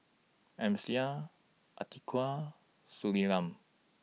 Amsyar Atiqah Surinam